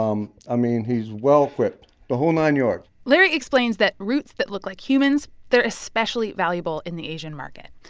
um i mean, he's well-equipped the whole nine yards larry explains that roots that look like humans, they're especially valuable in the asian market.